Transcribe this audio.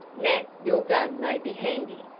nat, your gun may be handy.